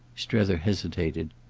strether hesitated.